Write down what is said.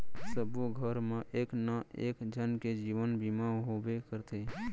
सबो घर मा एक ना एक झन के जीवन बीमा होबे करथे